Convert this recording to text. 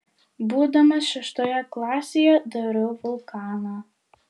būdamas šeštoje klasėje dariau vulkaną